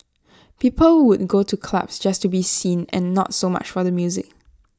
people would go to clubs just to be seen and not so much for the music